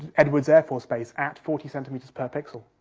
edwards air force base, at forty centimetres per pixel.